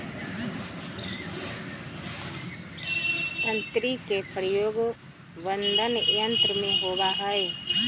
तंत्री के प्रयोग वादन यंत्र में होबा हई